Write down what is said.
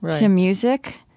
to music,